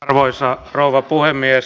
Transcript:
arvoisa rouva puhemies